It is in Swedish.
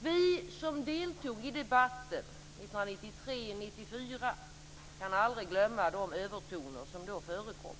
Vi som deltog i debatten 1993/94 kan aldrig glömma de övertoner som då förekom.